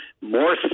more